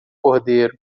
cordeiro